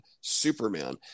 superman